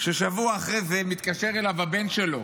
ששבוע אחרי זה מתקשר אליו הבן שלו,